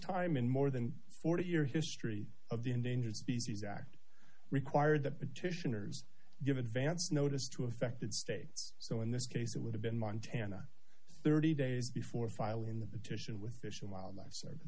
time in more than forty year history of the endangered species act required the petitioners give advance notice to affected states so in this case it would have been montana thirty days before filing in the in with fish and wildlife serv